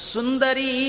Sundari